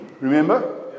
Remember